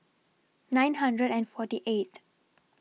nine hundred and forty eighth